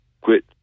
Quit